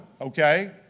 okay